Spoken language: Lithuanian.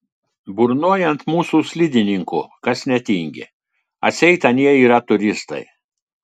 burnoja ant mūsų slidininkų kas netingi atseit anie yra turistai